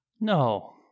No